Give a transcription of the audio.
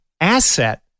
asset